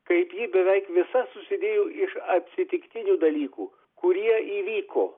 kaip ji beveik visa susidėjo iš atsitiktinių dalykų kurie įvyko